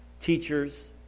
teachers